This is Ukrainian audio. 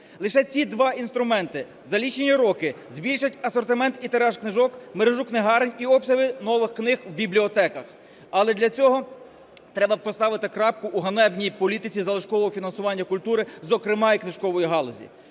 Лише ці два інструменти за лічені роки збільшать асортимент і тираж книжок, мережу книгарень і обсяги нових книг в бібліотеках. Але для цього треба поставити крапку в ганебній політиці залишкового фінансування культури, зокрема і книжкової галузі.